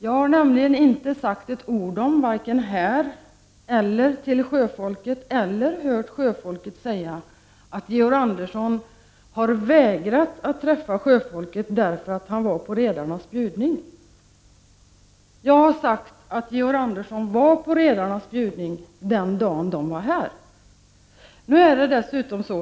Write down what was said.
Jag har nämligen inte sagt ett ord, varken här eller till sjöfolket, eller hört sjöfolket säga att Georg Andersson har vägrat att träffa sjöfolksrepresentanter, därför att han i stället var på redarnas bjudning. Jag har sagt att Georg Andersson var på redarnas bjudning den dag då sjöfolket var här i riksdagen.